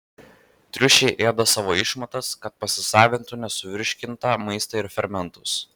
triušiai ėda savo išmatas kad pasisavintų nesuvirškintą maistą ir fermentus